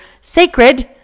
sacred